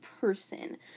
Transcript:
person